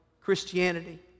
Christianity